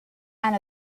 and